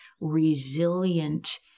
resilient